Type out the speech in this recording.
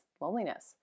loneliness